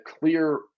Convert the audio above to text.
clear